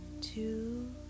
two